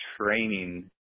training